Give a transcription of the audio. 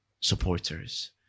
supporters